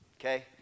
okay